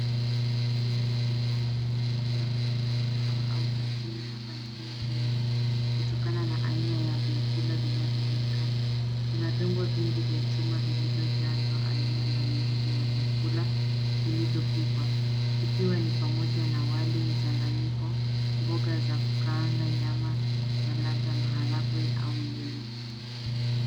Sehemu ya kaunta ya chakula katika mkahawa au kantini hapa nchini Kenya, kutokana na aina vyakula vinavyoonekana ,Kuna vyombo vingi vya chuma vilivyojazwa aina mbalimbali ya vyakula vilivyopikwa. Ikiwa ni pamoja na wali mchanganyiko, mboga za kukaanga, nyama na labda maharagwe au dengu.